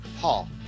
paul